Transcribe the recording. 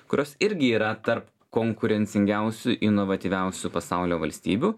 kurios irgi yra tarp konkurencingiausių inovatyviausių pasaulio valstybių